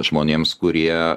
žmonėms kurie